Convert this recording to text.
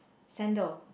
sandal